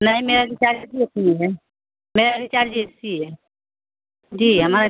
नहीं मेरा रिचार्ज ही ए सी है मेरा रिचार्ज ए सी है जी हमारा